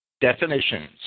definitions